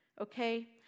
okay